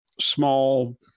small